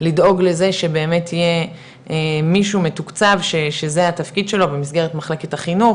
לדאוג לזה שבאמת יהיה מתוקצב שזה התפקיד שלו במסגרת מחלקת החינוך,